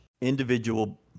individual